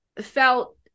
felt